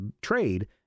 trade